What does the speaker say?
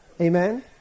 amen